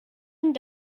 and